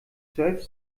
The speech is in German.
zwölf